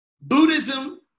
Buddhism